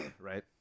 right